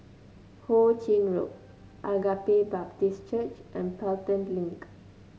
Ho Ching Road Agape Baptist Church and Pelton Link